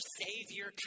savior